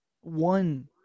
one